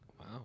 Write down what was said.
Wow